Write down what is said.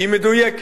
היא מדויקת,